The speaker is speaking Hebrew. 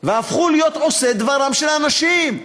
והפכו להיות עושי דברם של אנשים.